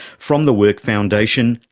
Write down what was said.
from the work foundation,